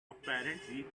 apparently